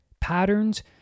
patterns